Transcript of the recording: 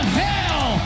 hell